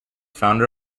founder